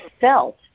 felt